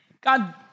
God